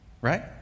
right